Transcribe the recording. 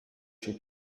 she